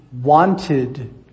wanted